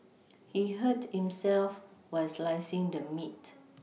he hurt himself while slicing the meat